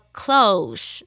close